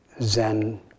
Zen